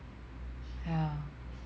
yeah